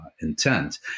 intent